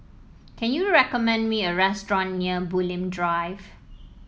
can you recommend me a restaurant near Bulim Drive